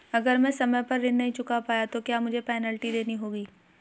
अगर मैं समय पर ऋण नहीं चुका पाया तो क्या मुझे पेनल्टी देनी होगी?